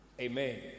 Amen